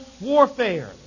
warfare